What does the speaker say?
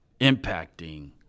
impacting